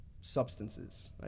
substances